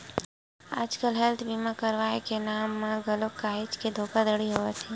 आजकल हेल्थ बीमा करवाय के नांव म घलो काहेच के धोखाघड़ी होवत हे